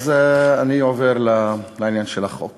אז אני עובר לעניין של החוק